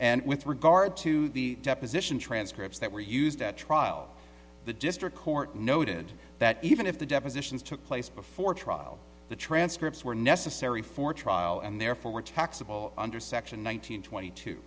and with regard to the deposition transcripts that were used at trial the district court noted that even if the depositions took place before trial the transcripts were necessary for trial and therefore were taxable under section one thousand and twenty two